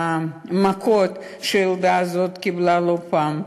למכות שהילדה הזאת קיבלה לא פעם,